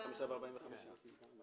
לא, את 45 ועוד 45 הימים.